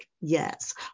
Yes